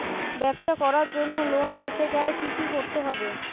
ব্যবসা করার জন্য লোন পেতে গেলে কি কি করতে হবে?